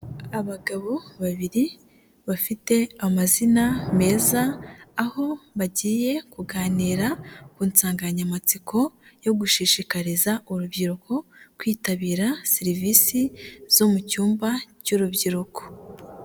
Abagabo babiri bafite amazina meza, aho bagiye kuganira ku nsanganyamatsiko yo gushishikariza urubyiruko kwitabira serivisi zo mu cyumba cy'urubyiruko.